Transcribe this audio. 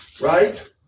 Right